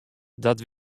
dat